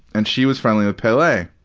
and she was friendly with pele.